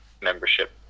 membership